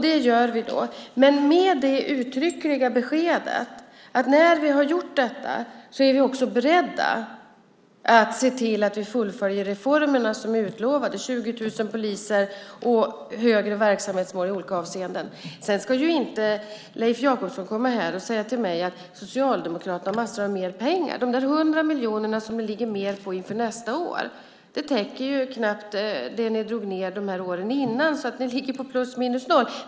Det gör vi. Det sker med det uttryckliga beskedet att när vi har gjort detta är vi också beredda att se till att vi fullföljer reformerna som är utlovade med 20 000 poliser och högre verksamhetsmål i olika avseenden. Leif Jakobsson ska inte komma och säga till mig att Socialdemokraterna har massor av mer pengar. De 100 miljoner som ni har mer inför nästa år täcker knappt det ni drog ned åren innan, så ni ligger på plus minus noll.